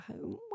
home